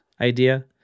idea